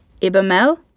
Ibamel